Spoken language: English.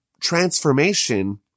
transformation